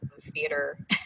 theater